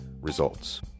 Results